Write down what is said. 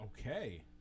Okay